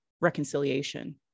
reconciliation